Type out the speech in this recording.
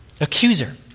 accuser